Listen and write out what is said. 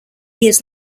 years